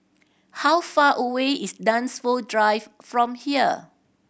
how far away is Dunsfold Drive from here